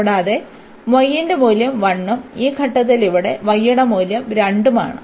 കൂടാതെ y ന്റെ മൂല്യം 1 ഉം ഈ ഘട്ടത്തിൽ ഇവിടെ y യുടെ മൂല്യം 2 ആണ്